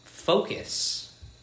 focus